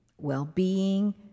well-being